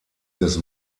des